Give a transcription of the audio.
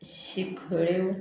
शिखळ्यो